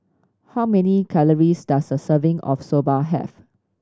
how many calories does a serving of Soba have